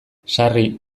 sarri